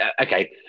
okay